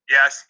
Yes